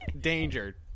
danger